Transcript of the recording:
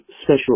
special